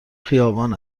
خیابان